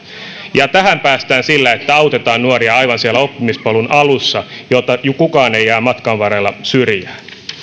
ja tähän päästään sillä että autetaan nuoria aivan siellä oppimispolun alussa jotta kukaan ei jää matkan varrella syrjään